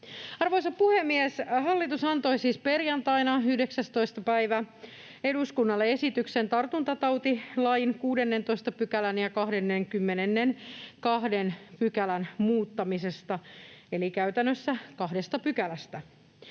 Arvoisa puhemies! Hallitus antoi siis 19. päivä perjantaina eduskunnalle esityksen tartuntatautilain 16 ja 22 §:n muuttamisesta eli käytännössä kahdesta pykälästä.